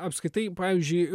apskritai pavyzdžiui